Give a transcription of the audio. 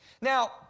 Now